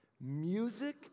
Music